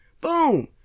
Boom